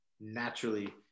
naturally